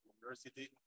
University